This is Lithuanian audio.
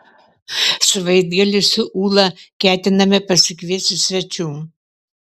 savaitgalį su ūla ketiname pasikviesti svečių